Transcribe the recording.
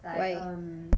like um